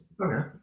Okay